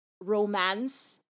romance